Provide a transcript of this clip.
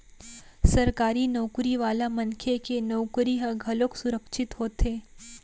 सरकारी नउकरी वाला मनखे के नउकरी ह घलोक सुरक्छित होथे